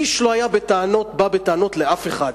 איש לא היה בא בטענות לאף אחד.